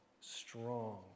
strong